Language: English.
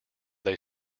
they